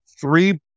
three